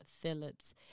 Phillips